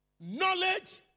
Knowledge